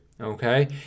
Okay